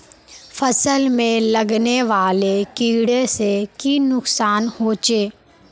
फसल में लगने वाले कीड़े से की नुकसान होचे?